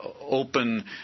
open